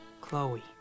chloe